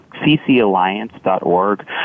ccalliance.org